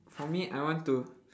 for me I want to